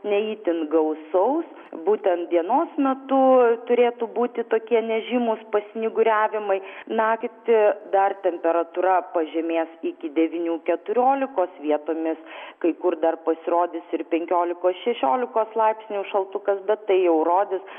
ne itin gausaus būtent dienos metu turėtų būti tokie nežymūs pasnyguriavimai naktį dar temperatūra pažemės iki devynių keturiolikos vietomis kai kur dar pasirodys ir penkiolikos šešiolikos laipsnių šaltukas bet tai jau rodys